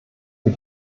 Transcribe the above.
für